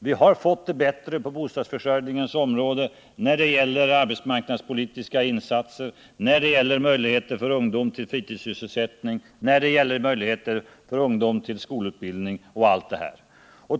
Vi har fått det bättre på bostadsförsörjningens område, när det gäller arbetsmarknadspolitiska insatser, när det gäller möjligheter för ungdom till fritidssysselsättning, när det gäller möjligheter för ungdom till skolutbildning, osv.